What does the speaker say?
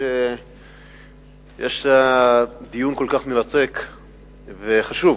שיש דיון כל כך מרתק וחשוב.